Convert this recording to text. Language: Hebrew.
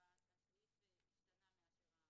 שהסעיף השתנה מנוסחו